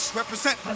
represent